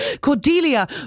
Cordelia